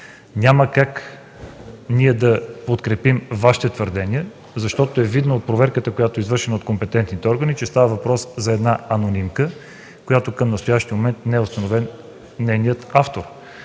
Няма как да подкрепим Вашите твърдения, защото от проверката, която е извършена от компетентните органи, е видно, че става въпрос за една анонимка, на която към настоящия момент не е установен нейният автор.